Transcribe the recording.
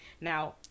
now